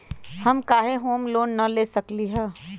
हम काहे home loan न ले सकली ह?